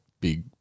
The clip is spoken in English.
big